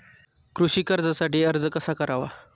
कृषी कर्जासाठी अर्ज कसा करावा?